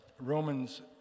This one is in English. Romans